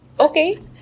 okay